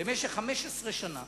במשך 15 שנה